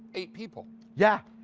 eight people. yeah.